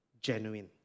genuine